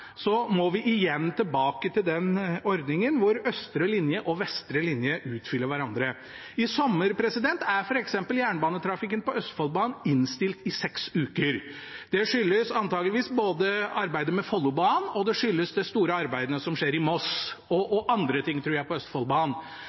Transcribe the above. sommer er f.eks. jernbanetrafikken på Østfoldbanen innstilt i seks uker. Det skyldes antakeligvis arbeidet med Follobanen, og det skyldes de store arbeidene som skjer i Moss, og andre ting, tror jeg, på Østfoldbanen.